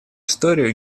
историю